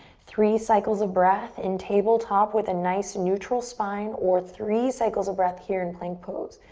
three cycles of breath in tabletop with a nice neutral spine or three cycles of breath here in plank pose.